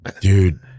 Dude